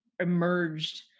emerged